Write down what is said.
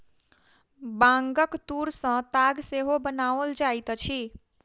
बांगक तूर सॅ ताग सेहो बनाओल जाइत अछि